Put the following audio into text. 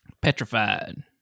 Petrified